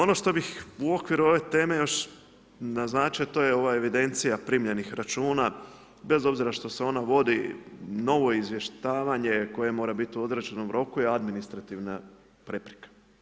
Ono što bih u okviru ove teme još naznačio a to je ova evidencija primljenih računa bez obzira što se onda vodi novo izvještavanje koje mora biti u određenom roku je administrativna prepreka.